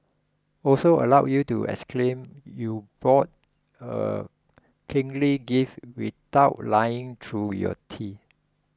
also allows you to exclaim you bought a kingly gift without lying through your teeth